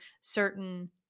certain